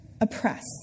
oppress